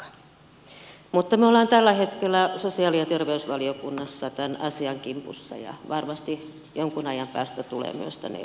mutta me olemme tällä hetkellä sosiaali ja terveysvaliokunnassa tämän asian kimpussa ja varmasti se jonkun ajan päästä tulee myös tänne eduskunnan käsittelyyn